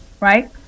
right